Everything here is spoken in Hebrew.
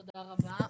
תודה רבה.